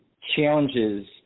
challenges